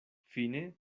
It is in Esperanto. fine